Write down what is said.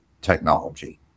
technology